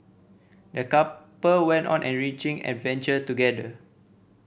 the couple went on an enriching adventure together